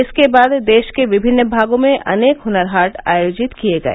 इसके बाद देश के विभिन्न भागों में अनेक हनर हाट आयोजित किए गए